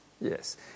Yes